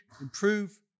improve